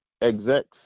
execs